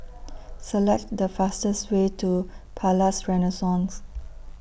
Select The fastest Way to Palais Renaissance